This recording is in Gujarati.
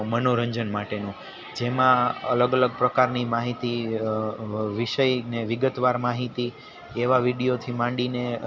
મનોરંજન માટેનું જેમાં અલગ અલગ પ્રકારની માહિતી વિષયને વિગતવાર માહિતી એવા વિડીઓથી માંડીને